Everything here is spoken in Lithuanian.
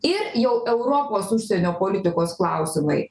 ir jau europos užsienio politikos klausimai